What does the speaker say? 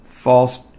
false